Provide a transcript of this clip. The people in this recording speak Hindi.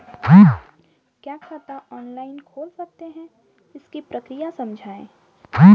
क्या खाता ऑनलाइन खोल सकते हैं इसकी प्रक्रिया समझाइए?